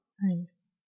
Nice